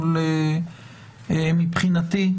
מבחינתי,